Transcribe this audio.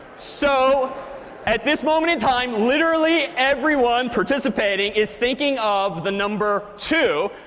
so at this moment in time, literally everyone participating is thinking of the number two,